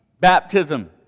Baptism